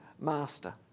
master